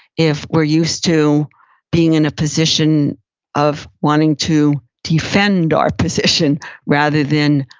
if we're used to being in a position of wanting to defend our position rather than,